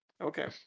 Okay